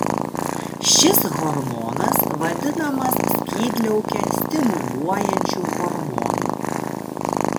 šis hormonas vadinamas skydliaukę stimuliuojančiu hormonu